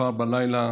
מחר בלילה